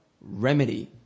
remedy